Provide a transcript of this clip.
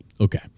Okay